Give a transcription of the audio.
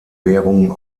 währung